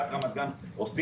עיריית רמת גן הוסיפה,